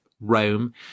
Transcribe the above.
Rome